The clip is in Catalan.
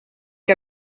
que